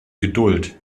geduld